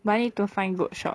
but you need to find good shop